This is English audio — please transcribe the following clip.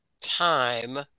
time